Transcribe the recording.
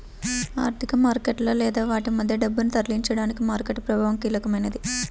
ఆర్థిక మార్కెట్లలో లేదా వాటి మధ్య డబ్బును తరలించడానికి మార్కెట్ ప్రభావం కీలకమైనది